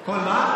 כל לאומיה.